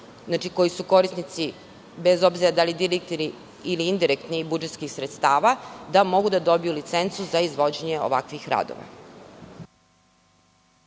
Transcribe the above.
koji su korisnici, bez obzira da li direktni ili indirektni budžetskih sredstava, da mogu da dobiju licencu za izvođenje ovakvih radova.